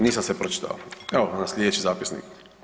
Nisam sve pročitao, evo onda sljedeći zapisnik.